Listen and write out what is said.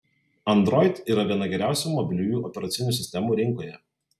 android yra viena geriausių mobiliųjų operacinių sistemų rinkoje